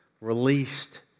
Released